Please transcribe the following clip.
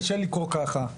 קשה לקרוא ככה,